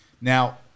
Now